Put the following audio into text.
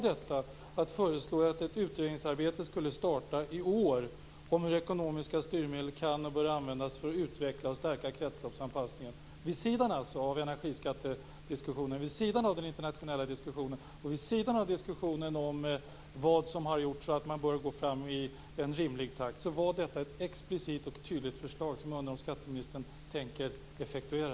Det var just förslaget om att ett utredningsarbete skulle startas i år om hur ekonomiska styrmedel kan och bör användas för att utveckla och stärka kretsloppsanpassningen. Vid sidan av energiskattediskussionen, vid sidan av den internationella diskussionen och vid sidan av diskussionen om vad som har gjorts och att man bör gå fram i en rimlig takt var detta ett explicit och tydligt förslag som jag undrar om skatteministern tänker effektuera.